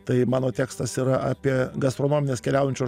tai mano tekstas yra apie gastronomines keliaujančio